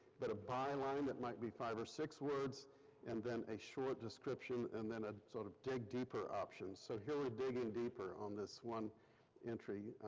but a byline that might be five or six words and then a short description and then a sort of dig deeper option. so here we dig in deeper on this one entry.